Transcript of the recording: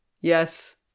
yes